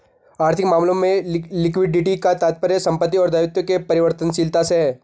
आर्थिक मामलों में लिक्विडिटी का तात्पर्य संपत्ति और दायित्व के परिवर्तनशीलता से है